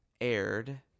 aired